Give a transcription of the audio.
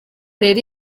rero